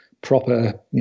proper